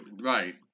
Right